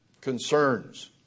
concerns